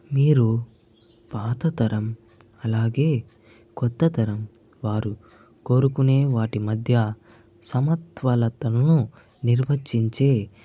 మీరు పాతతరం అలాగే కొత్తతరం వారు కోరుకునే వాటి మధ్య సమత్వాలతను నిర్వచించే